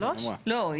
לא,